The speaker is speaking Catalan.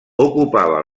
ocupava